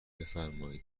بفرمایید